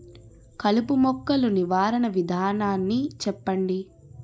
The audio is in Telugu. కలుపు మొక్కలు నివారణ విధానాన్ని చెప్పండి?